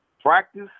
Practice